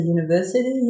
University